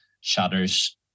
shatters